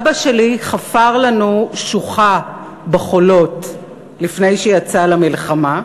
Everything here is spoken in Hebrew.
אבא שלי חפר לנו שוחה בחולות לפני שיצא למלחמה,